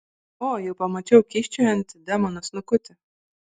o jau pamačiau kyščiojantį demono snukutį